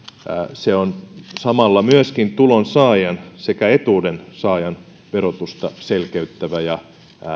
se on samalla myöskin sekä tulonsaajan että etuuden saajan verotusta selkeyttävä ja